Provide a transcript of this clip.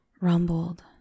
rumbled